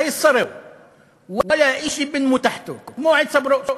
(אומר בערבית: כמו הברוש,